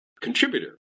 contributor